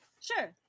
Sure